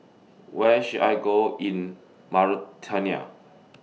Where should I Go in Mauritania